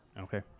Okay